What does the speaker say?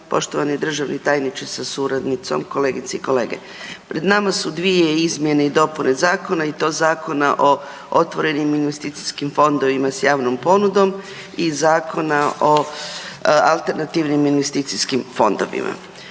Poštovani državni tajniče sa suradnicom, kolegice i kolege. Pred nama su dvije izmjene i dopune zakona i to Zakona o otvorenim investicijskim fondovima s javnom ponudom i Zakona o alternativnim investicijskim fondovima.